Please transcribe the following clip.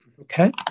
Okay